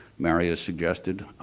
maria suggested.